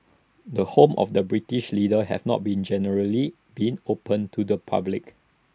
the homes of British leaders have not generally been open to the public